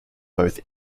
both